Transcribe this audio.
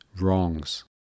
wrongs